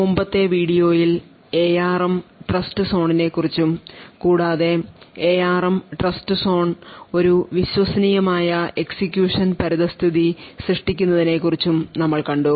മുമ്പത്തെ വീഡിയോയിൽ ARM ട്രസ്റ്റ്സോണിനെക്കുറിച്ചും കൂടാതെ ARM ട്രസ്റ്റ്സോൺ ഒരു വിശ്വസനീയമായ എക്സിക്യൂഷൻ പരിതസ്ഥിതി സൃഷ്ടിക്കുന്നതിനെക്കുറിച്ചും നമ്മൾ കണ്ടു